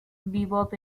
bebop